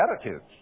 attitudes